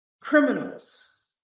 criminals